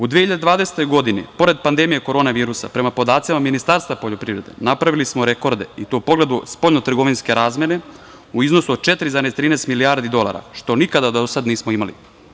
U 2020. godini pored pandemije korona virusa, prema podacima Ministarstva poljoprivrede, napravili smo rekorde i to u pogledu spoljnotrgovinske razmene u iznosu od 4,13 milijardi dolara, što nikada do sada nismo imali.